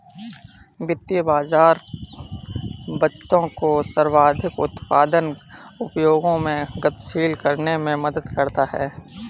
वित्तीय बाज़ार बचतों को सर्वाधिक उत्पादक उपयोगों में गतिशील करने में मदद करता है